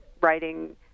writing